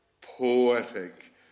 poetic